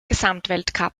gesamtweltcup